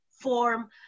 form